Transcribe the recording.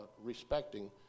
respecting